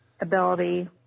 ability